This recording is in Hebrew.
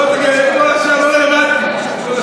כל השאר לא רלוונטי.